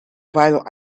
while